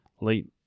late